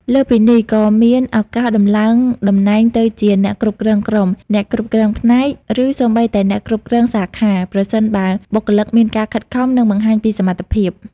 លើសពីនេះ ក៏មានឱកាសដំឡើងតំណែងទៅជាអ្នកគ្រប់គ្រងក្រុម អ្នកគ្រប់គ្រងផ្នែក ឬសូម្បីតែអ្នកគ្រប់គ្រងសាខា ប្រសិនបើបុគ្គលិកមានការខិតខំ និងបង្ហាញពីសមត្ថភាព។